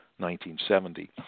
1970